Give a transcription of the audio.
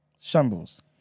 Shambles